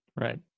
right